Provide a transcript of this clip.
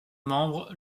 membres